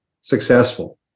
successful